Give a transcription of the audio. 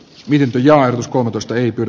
virpi jaanus kohotusteipin